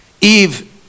Eve